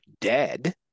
dead